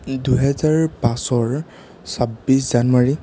দুহেজাৰ পাঁচৰ ছাব্বিছ জানুৱাৰী